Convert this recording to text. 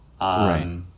right